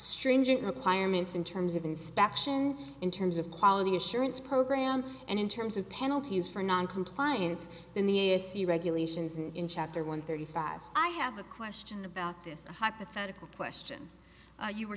stringent requirements in terms of inspection in terms of quality assurance program and in terms of penalties for noncompliance in the s c regulations and in chapter one thirty five i have a question about this hypothetical question you were